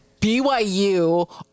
BYU